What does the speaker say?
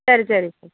சரி சரி